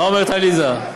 מה אומרת, עליזה?